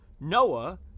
Noah